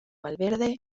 valverde